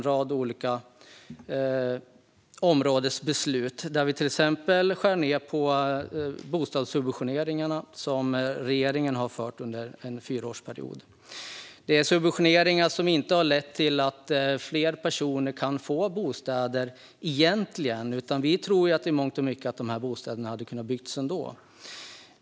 Till exempel skär vi ned på den bostadssubventionering som regeringen nu har bedrivit under en fyraårsperiod. Det är subventioneringar som egentligen inte har lett till att fler personer kan få bostäder. Vi tror att dessa bostäder i mångt och mycket hade kunnat byggas ändå.